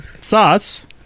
Sauce